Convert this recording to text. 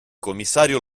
commissario